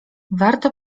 warto